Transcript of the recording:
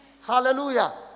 Hallelujah